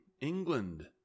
England